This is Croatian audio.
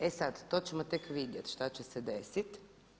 E sada, to ćemo tek vidjeti što će se desiti.